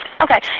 Okay